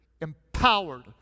empowered